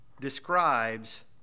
describes